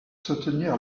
soutenir